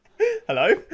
Hello